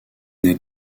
n’est